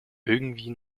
irgendwie